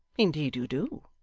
indeed you do.